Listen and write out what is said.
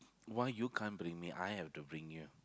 why you can't bring me I have to bring you